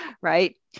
right